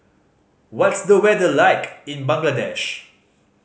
what's the weather like in Bangladesh